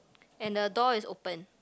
and the door is open